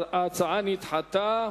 ההצעה נדחתה.